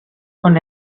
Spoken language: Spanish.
con